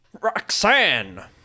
Roxanne